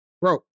Bro